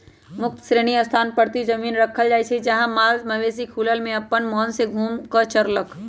मुक्त श्रेणी स्थान परती जमिन रखल जाइ छइ जहा माल मवेशि खुलल में अप्पन मोन से घुम कऽ चरलक